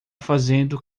fazendo